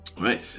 Right